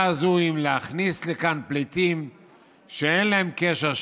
אם להכניס לכאן פליטים שאין להם קשר,